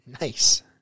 nice